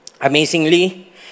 Amazingly